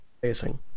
facing